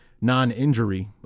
non-injury